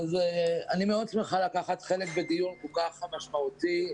מאוד שמחה לקחת חלק בדיון כל כך משמעותי.